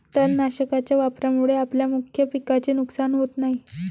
तणनाशकाच्या वापरामुळे आपल्या मुख्य पिकाचे नुकसान होत नाही